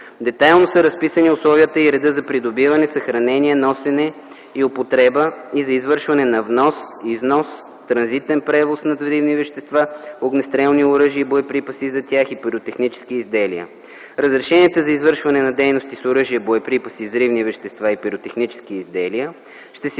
Детайлно са разписани условията и редът за придобиване, съхранение, носене и употреба и за извършване на внос, износ и транзитен превоз на взривни вещества, огнестрелно оръжие и боеприпаси за тях и пиротехнически изделия. Разрешенията за извършване на дейности с оръжие, боеприпаси, взривни вещества и пиротехнически изделия ще се издават